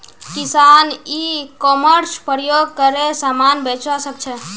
किसान e commerce प्रयोग करे समान बेचवा सकछे